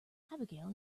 abigail